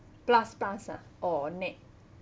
plus plus uh or nett